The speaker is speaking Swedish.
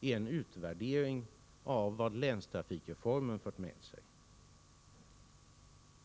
är en utvärdering av vad länstrafikreformen fört med sig.